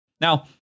Now